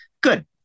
good